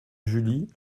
julie